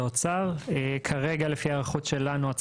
כרגע לפי הערכות שלנו,